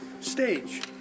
stage